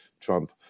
Trump